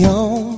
on